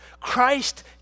Christ